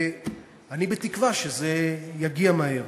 ואני בתקווה שזה יגיע מהר.